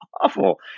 awful